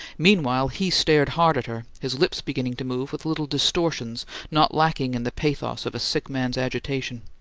meanwhile, he stared hard at her, his lips beginning to move with little distortions not lacking in the pathos of a sick man's agitation.